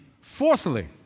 Fourthly